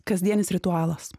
kasdienis ritualas